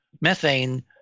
methane